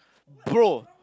bro